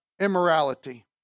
immorality